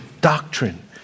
doctrine